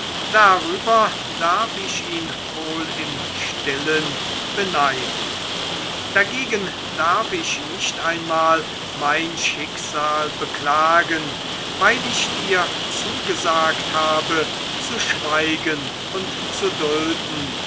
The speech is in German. darüber darf ich ihn wohl im stillen beneiden dagegen darf ich nicht einmal mein schicksal beklagen weil ich dir zugesagt habe zu schweigen und zu dulden